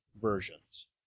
versions